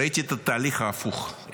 ראיתי את התהליך ההפוך,